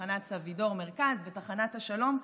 תחנת סבידור מרכז ותחנת השלום,